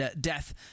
death